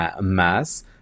mass